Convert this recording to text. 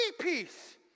peace